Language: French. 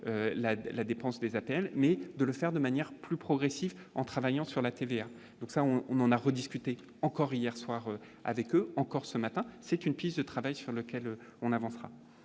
la dépense des APL, mais de le faire de manière plus progressif en travaillant sur la TVA, donc ça on on on a rediscuté encore hier soir avec encore ce matin, c'est une piste de travail sur lequel on avancera,